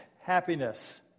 Happiness